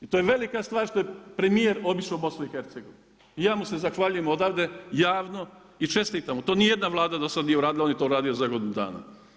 I to je velika stvar što je premijer obišao BiH. ja mu se zahvaljujem odavde javno i čestitam, to nijedna Vlada do sada nije uradila, on je to uradio za godinu dana.